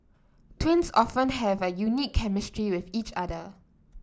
twins often have a unique chemistry with each other